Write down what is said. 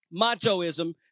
Machoism